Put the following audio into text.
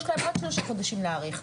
אז יש להם עד שלושה חודשים להאריך.